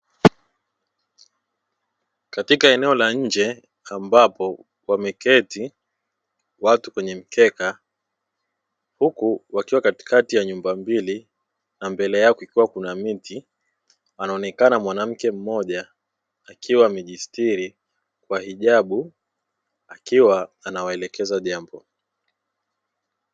Katika eneo la nje ambapo wameketi watu kwenye mkeka, huku wakiwa katikati ya nyumba mbili. Na mbele yake kukiwa na miti, anaonekana mwanamke mmoja akiwa amejistiri kwa hijabu akiwa anawaelekeza jambo.